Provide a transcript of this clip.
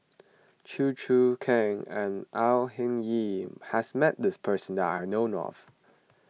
Chew Choo Keng and Au Hing Yee has met this person that I know of